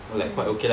mm